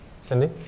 Cindy